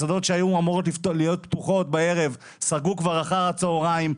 מסעדות שהיו אמורות להיות פתוחות בערב סגרו כבר אחר הצהריים,